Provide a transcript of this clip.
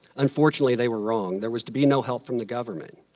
unfortunately, they were wrong. there was to be no help from the government.